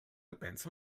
depends